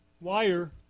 wire